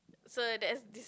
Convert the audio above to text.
so that's this